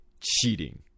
cheating